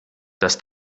dass